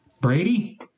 Brady